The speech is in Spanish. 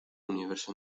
universo